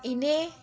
इ'नें